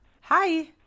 hi